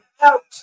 out